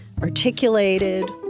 articulated